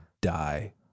die